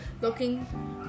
looking